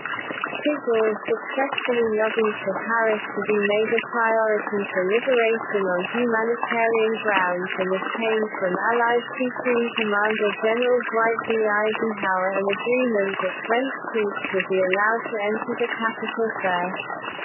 de gaulle successfully lobbied for paris to be made a priority for liberation on humanitarian grounds and obtained from allied supreme commander general dwight d. eisenhower an agreement that french troops would be allowed to enter the capital first.